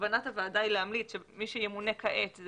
וכוונת השרה היא להמליץ שמי שימונה כעת יהיה,